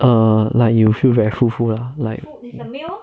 err like you feel very full full lah like